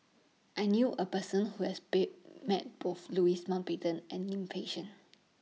I knew A Person Who has bet Met Both Louis Mountbatten and Lim Fei Shen